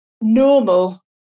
normal